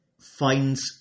finds